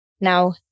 now